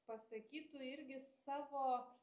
pasakytų irgi savo